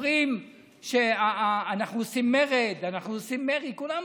אומרים שאנחנו עושים מרד, אנחנו עושים מרי, כולם